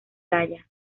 playa